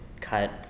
cut